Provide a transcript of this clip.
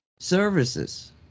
Services